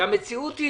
שהמציאות היא